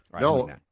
No